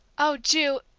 oh, ju,